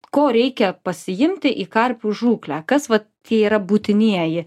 ko reikia pasiimti į karpių žūklę kas vat tie yra būtinieji